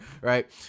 right